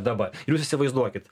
dabar jūs įsivaizduokit